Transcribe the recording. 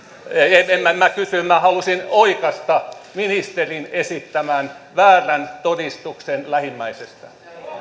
en minä kysy minä halusin oikaista ministerin esittämän väärän todistuksen lähimmäisestä